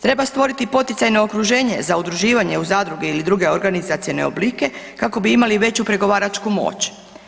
Treba stvoriti i poticaj na okruženje za udruživanje u zadruge ili druge organizacione oblike kako bi imali veću pregovaračku moć.